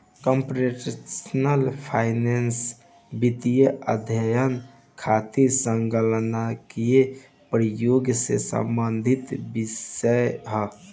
computational finance वित्तीय अध्ययन खातिर संगणकीय प्रयोग से संबंधित विषय ह